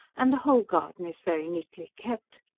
and the whole garden is very neatly kept.